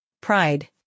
Pride